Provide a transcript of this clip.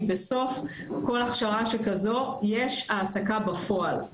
בסוף כל הכשרה שכזו יש העסקה בפועל.